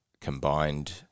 combined